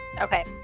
Okay